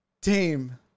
Team